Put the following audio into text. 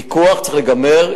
ויכוח צריך להיגמר,